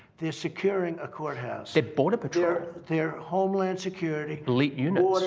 they're securing a courthouse. they're border patrol. they're homeland security. elite units.